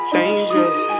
dangerous